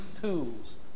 tools